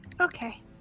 Okay